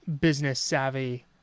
business-savvy